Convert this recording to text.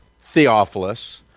Theophilus